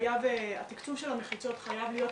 התקצוב של המחיצות חייב להיות,